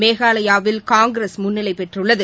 மேகாலயாவில் காங்கிரஸ் முன்னிலைப் பெற்றுள்ளது